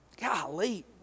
golly